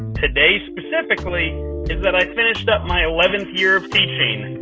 today specifically, is that i finished up my eleventh year of teaching.